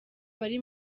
bari